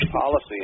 policy